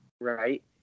Right